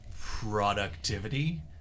productivity